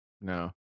No